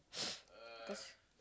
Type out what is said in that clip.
cause